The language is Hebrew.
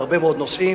בהרבה מאוד נושאים.